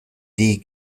die